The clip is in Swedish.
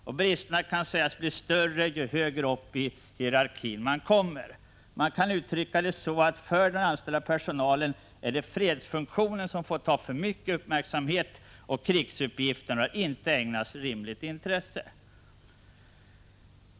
Och bristerna kan sägas bli större ju högre upp i hierarkin man kommer. Man kan uttrycka det så att för den anställda personalen är det fredsfunktionen som har fått för mycket uppmärksamhet, medan krigsuppgifterna inte har ägnats rimligt intresse.